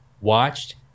watched